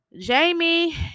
Jamie